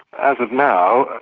as of now,